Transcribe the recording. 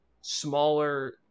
Smaller